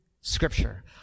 scripture